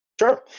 Sure